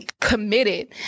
committed